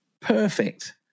perfect